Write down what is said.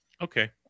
Okay